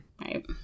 Right